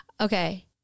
Okay